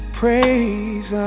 praise